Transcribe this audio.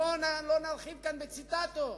ולא נרחיב כאן בציטטות.